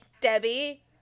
Debbie